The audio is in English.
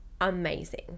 amazing